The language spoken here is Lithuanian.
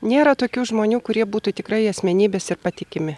nėra tokių žmonių kurie būtų tikrai asmenybės ir patikimi